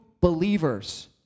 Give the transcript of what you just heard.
believers